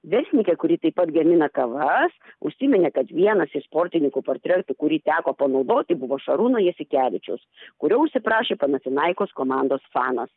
verslininkė kuri taip pat gamina kavas užsiminė kad vienas iš sportininkų portretų kurį teko panaudoti buvo šarūno jasikevičiaus kurio užsiprašė panatinaikos komandos fanas